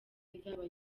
nzaba